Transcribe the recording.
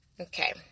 Okay